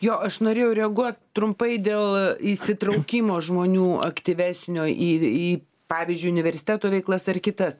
jo aš norėjau reaguo trumpai dėl įsitraukimo žmonių aktyvesnio į į pavyzdžiui universiteto veiklas ar kitas